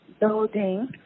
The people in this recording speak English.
building